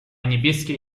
niebieskie